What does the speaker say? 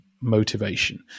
motivation